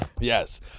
yes